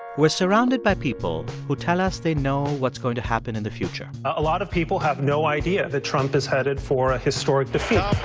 we're surrounded by people who tell us they know what's going to happen in the future a lot of people have no idea that trump is headed for a historic defeat